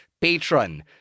patron